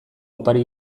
opari